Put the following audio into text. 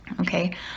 okay